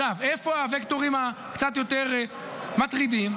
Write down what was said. עכשיו, איפה הווקטורים הקצת-יותר מטרידים?